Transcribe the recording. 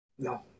No